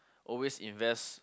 always invest